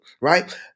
right